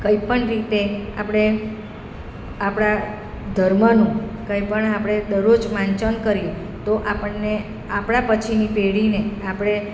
કંઈ પણ રીતે આપણે આપણા ધર્મનુ કંઈ પણ આપણે દરરોજ વાંચન કરીએ તો આપણને આપણા પછીની પેઢીને આપણે